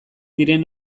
diren